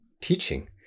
teaching